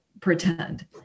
pretend